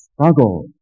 struggle